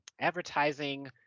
advertising